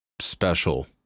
special